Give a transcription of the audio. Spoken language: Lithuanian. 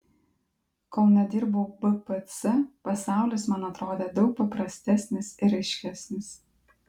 kol nedirbau bpc pasaulis man atrodė daug paprastesnis ir aiškesnis